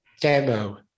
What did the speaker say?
demo